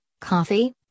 coffee